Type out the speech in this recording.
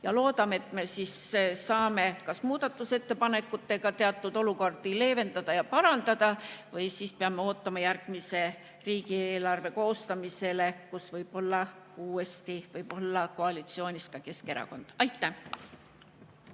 Loodame, et me saame muudatusettepanekutega teatud olukordi leevendada ja parandada. Kui [mitte], siis peame ootama järgmise riigieelarve koostamist, kui võib-olla uuesti on koalitsioonis ka Keskerakond. Aitäh!